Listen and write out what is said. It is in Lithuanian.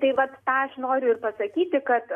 tai vat tą aš noriu ir pasakyti kad